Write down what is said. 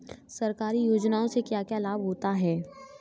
सरकारी योजनाओं से क्या क्या लाभ होता है?